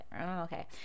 Okay